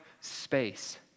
space